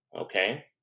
Okay